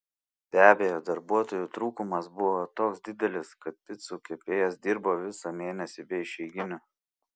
be abejo darbuotojų trūkumas buvo toks didelis kad picų kepėjas dirbo visą mėnesį be išeiginių